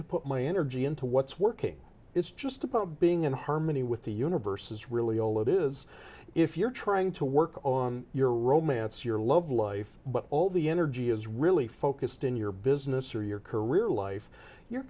to put my energy into what's working it's just about being in harmony with the universe is really all it is if you're trying to work on your romance your love life but all the energy is really focused in your business or your career life you